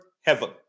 heaven